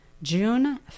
june